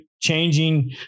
changing